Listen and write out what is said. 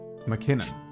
McKinnon